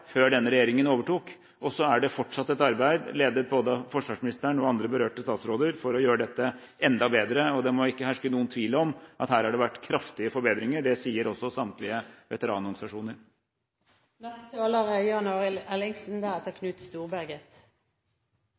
før denne regjeringen overtok. Det pågår fortsatt et arbeid, ledet av både forsvarsministeren og andre berørte statsråder, for å gjøre dette enda bedre, og det må ikke herske noen tvil om at det har vært kraftige forbedringer. Det sier også samtlige veteranorganisasjoner.